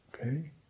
okay